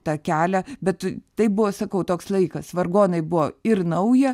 tą kelią bet tai buvo sakau toks laikas vargonai buvo ir nauja